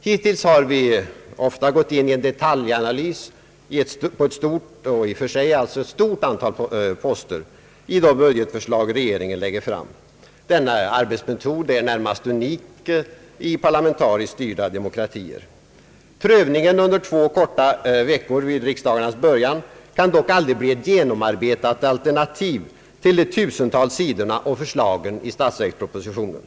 Hittills har vi mycket ofta gått in i en detaljanalys på ett i och för sig stort antal poster i de budgetförslag regeringen lägger fram. Denna arbetsmetod är närmast unik i parlamentariskt styrda demokratier. Prövningen under två korta veckor vid riksdagarnas början kan dock aldrig bli ett genomarbetat alternativ till de tusentals sidorna och förslagen i statsverkspropositionen.